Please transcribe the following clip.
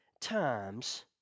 times